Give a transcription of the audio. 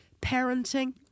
parenting